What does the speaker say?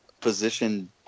position